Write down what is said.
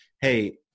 hey